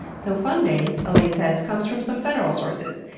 so, funding, elaine says, comes from some federal sources,